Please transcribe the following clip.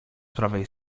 prawej